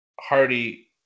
Hardy